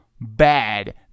bad